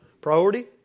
Priority